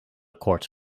koorts